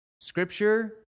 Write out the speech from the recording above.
Scripture